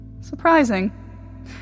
Surprising